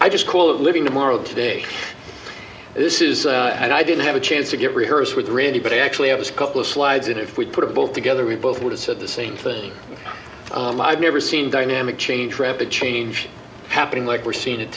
i just call it living tomorrow today this is and i didn't have a chance to get rehearsed with randy but actually it was a couple of slides that if we put it both together we both would have said the same thing i've never seen dynamic change rapid change happening like we're seeing it